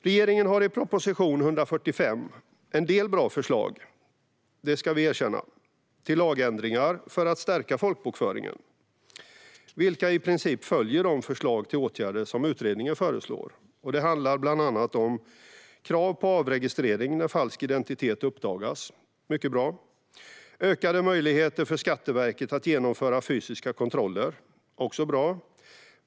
Regeringen har i proposition 145 en del bra förslag till lagändringar för att stärka folkbokföringen, det ska vi erkänna, vilka i princip följer de förslag till åtgärder som utredningen föreslår. Det handlar bland annat om krav på avregistrering när falsk identitet uppdagas. Det är mycket bra. Det handlar om ökade möjligheter för Skatteverket att genomföra fysiska kontroller. Det är också bra.